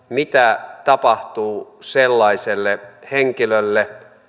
mitä tapahtuu sellaiselle henkilölle